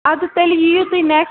اَدٕ تیٚلہِ یِیِو تُہۍ نیکسٹ